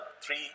three